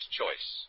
choice